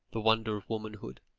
the wonder of womanhood,